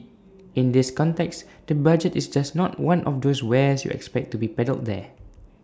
in this context the budget is just not one of those wares you expect to be peddled there